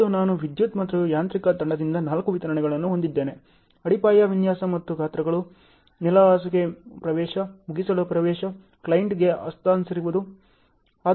ಮತ್ತು ನಾನು ವಿದ್ಯುತ್ ಮತ್ತು ಯಾಂತ್ರಿಕ ತಂಡದಿಂದ ನಾಲ್ಕು ವಿತರಣೆಗಳನ್ನು ಹೊಂದಿದ್ದೇನೆ ಅಡಿಪಾಯ ವಿನ್ಯಾಸ ಮತ್ತು ಗಾತ್ರಗಳು ನೆಲಹಾಸುಗಾಗಿ ಪ್ರವೇಶ ಮುಗಿಸಲು ಪ್ರವೇಶ ಕ್ಲೈಂಟ್ಗೆ ಹಸ್ತಾಂತರಿಸುವುದು